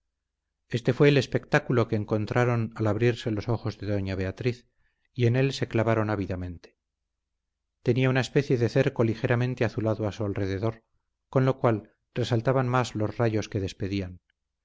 este fue el espectáculo que encontraron al abrirse los ojos de doña beatriz y en él se clavaron ávidamente tenían una especie de cerco ligeramente azulado a su alrededor con lo cual resaltaban más los rayos que despedían